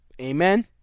Amen